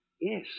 Yes